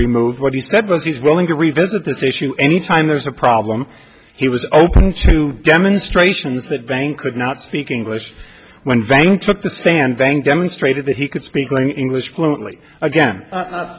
removed what he said was he's willing to revisit this issue anytime there's a problem he was open to demonstrations that bank could not speak english when vang took the stand then demonstrated that he could speak english fluently again